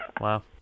Wow